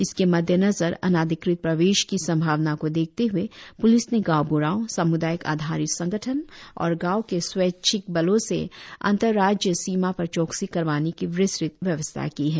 इसके मद्देनज़र अनाधिक़त प्रवेश की संभावना को देखते हए प्लिस ने गांव ब्ढ़ाओं साम्दायिक आधारित संगठन और गांव के स्वैच्छिक बलों से अंतर राज्यीय सीमा पर चौकसी करवाने की विस्तृत व्यवस्था की है